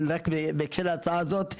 אבל בהקשר להצעה הזאת,